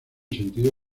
sentido